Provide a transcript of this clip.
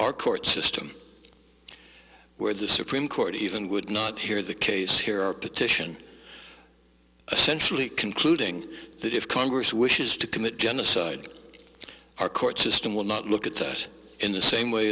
our court system where the supreme court even would not hear the case here a petition essentially concluding that if congress wishes to commit genocide our court system will not look at that in the same way